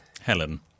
Helen